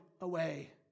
away